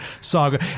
saga